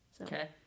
Okay